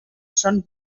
son